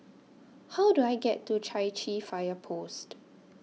How Do I get to Chai Chee Fire Post